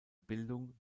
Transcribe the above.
bildung